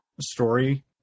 story